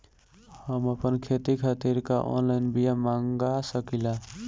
हम आपन खेती खातिर का ऑनलाइन बिया मँगा सकिला?